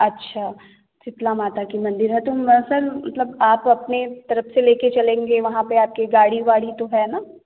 अच्छा शीतला माता का मंदिर है तो हम सर मतलब आप अपने तरफ से ले के चलेंगे वहाँ पर आपके गाड़ी वाड़ी तो है ना